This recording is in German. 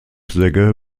segge